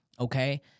Okay